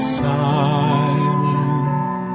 silent